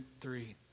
three